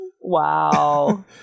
Wow